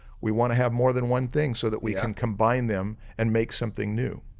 we want to have more than one thing so that we can combine them and make something new.